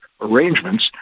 arrangements